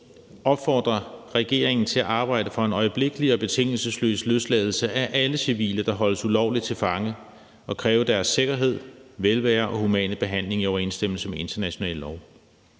opfordrer regeringen til at arbejde for en øjeblikkelig og betingelsesløs løsladelse af alle civile, der holdes ulovligt til fange, og kræve deres sikkerhed, velvære og humane behandling i overensstemmelse med international lov.«